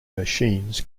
machines